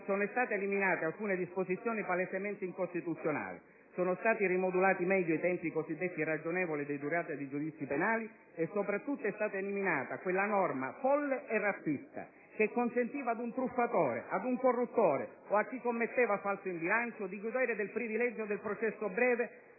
sono state eliminate talune disposizioni palesemente incostituzionali, sono stati rimodulati meglio i tempi cosiddetti ragionevoli di durata dei giudizi penali e, soprattutto, è stata eliminata quella norma folle e razzista che consentiva ad un truffatore, ad un corruttore o a chi commetteva un falso in bilancio, di godere del privilegio del processo breve